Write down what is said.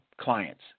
clients